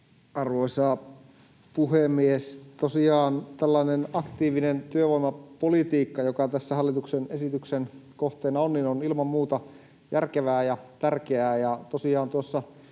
Arvoisa puhemies! Tosiaan tällainen aktiivinen työvoimapolitiikka, joka tässä hallituksen esityksen kohteena on, on ilman muuta järkevää ja tärkeää.